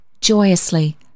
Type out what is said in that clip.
joyously